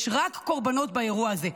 יש רק קורבנות באירוע הזה.